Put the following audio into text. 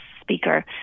Speaker